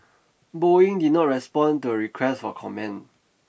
Boeing did not respond to a request for comment